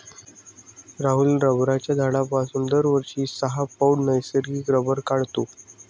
राहुल रबराच्या झाडापासून दरवर्षी सहा पौंड नैसर्गिक रबर काढतो